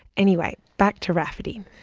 anyway, back to rafferty.